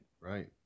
Right